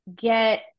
get